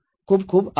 ખુબ ખુબ આભાર